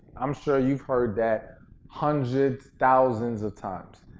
i'm sure you've heard that hundreds, thousands of times.